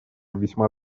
весьма